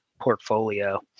portfolio